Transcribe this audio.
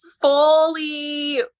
fully